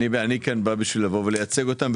אני מייצג אותם,